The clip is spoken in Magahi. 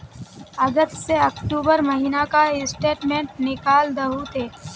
अगस्त से अक्टूबर महीना का स्टेटमेंट निकाल दहु ते?